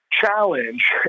challenge